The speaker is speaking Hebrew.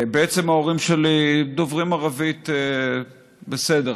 בעצם ההורים שלי דוברים ערבית בסדר,